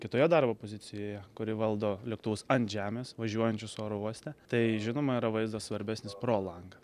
kitoje darbo pozicijoje kuri valdo lėktuvus ant žemės važiuojančius oro uoste tai žinoma yra vaizdas svarbesnis pro langą